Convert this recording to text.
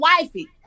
wifey